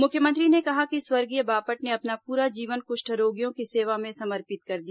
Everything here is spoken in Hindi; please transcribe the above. मुख्यमंत्री ने कहा कि स्वर्गीय बापट ने अपना पूरा जीवन कृष्ठ रोगियों की सेवा में समर्पित कर दिया